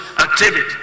activity